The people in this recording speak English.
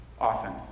often